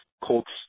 Colts